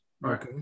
Right